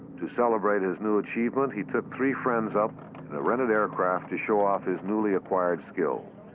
to celebrate his new achievement, he took three friends up in a rented aircraft to show off his newly acquired skill.